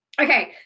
okay